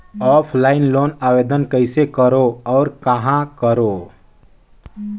Offline loan आवेदन कइसे करो और कहाँ करो?